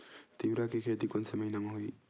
तीवरा के खेती कोन से महिना म होही?